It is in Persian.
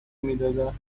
میدادن